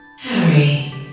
Harry